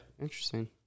Interesting